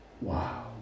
Wow